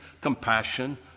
compassion